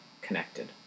connected